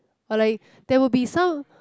or like there will be some